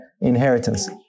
inheritance